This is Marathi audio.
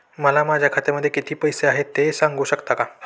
मला माझ्या खात्यामध्ये किती पैसे आहेत ते सांगू शकता का?